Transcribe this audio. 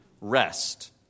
rest